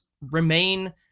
remain